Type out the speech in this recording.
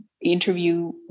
interview